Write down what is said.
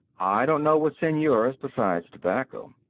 i don't know what's in yours beside tobacco.